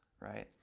right